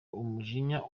umujinya